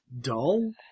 dull